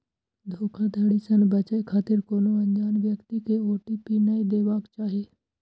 धोखाधड़ी सं बचै खातिर कोनो अनजान व्यक्ति कें ओ.टी.पी नै देबाक चाही